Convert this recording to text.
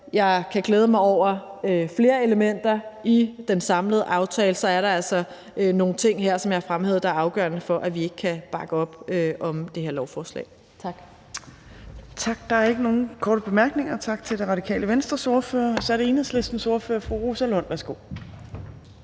jeg kan glæde mig over flere elementer i den samlede aftale, er der altså nogle ting her, som jeg har fremhævet, der er afgørende for, at vi ikke kan bakke op om det her lovforslag. Tak. Kl. 12:31 Tredje næstformand (Trine Torp): Tak. Der er ikke nogen korte bemærkninger, så tak til Radikale Venstres ordfører. Så er det Enhedslistens ordfører, fru Rosa Lund. Værsgo.